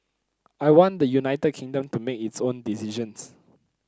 I want the United Kingdom to make its own decisions